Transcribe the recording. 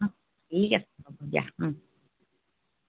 অ ঠিক আছে হ'ব দিয়া ও